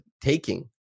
taking